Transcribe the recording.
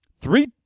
three